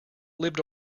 lived